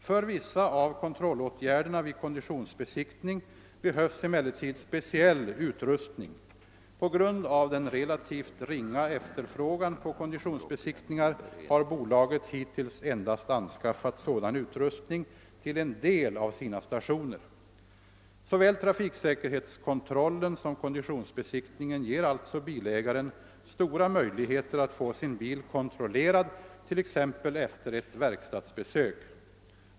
För vissa av kontrollåtgärderna vid konditionsbesiktning behövs emellertid speciell utrustning. På grund av den relativt ringa efterfrågan på konditionsbesiktningar har bolaget hittills endast anskaffat sådan utrustning till en del av sina stationer. Såväl trafiksäkerhetskontrollen som konditionsbesiktningen ger alltså bilägaren stora möjligheter att få sin bil kontrollerad t.ex. efter ett verkstadsbesök.